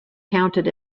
counted